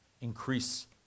increase